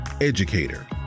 educator